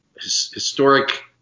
historic –